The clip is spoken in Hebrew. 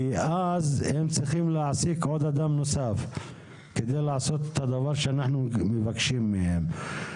כי אז הם צריכים להעסיק אדם נוסף כדי לעשות את הדבר שאנחנו מבקשים מהם.